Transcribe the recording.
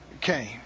came